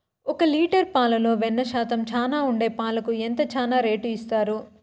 ఒక లీటర్ పాలలో వెన్న శాతం చానా ఉండే పాలకు ఎంత చానా రేటు ఇస్తారు?